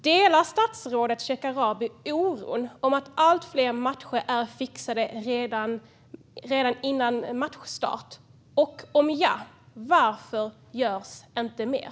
Delar statsrådet Shekarabi oron över att allt fler matcher är fixade redan innan matchstart? Om ja, varför görs inte mer?